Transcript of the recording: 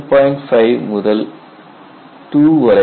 5 முதல் 2 வரை இருக்கும்